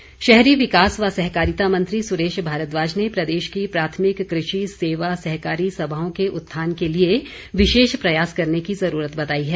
भारद्वाज शहरी विकास व सहकारिता मंत्री सुरेश भारद्वाज ने प्रदेश की प्राथमिक कृषि सेवा सहकारी सभाओं के उत्थान के लिए विशेष प्रयास करने की जरूरत बताई है